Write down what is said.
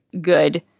good